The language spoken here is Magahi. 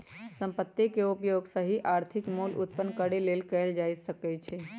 संपत्ति के उपयोग सही आर्थिक मोल उत्पन्न करेके लेल कएल जा सकइ छइ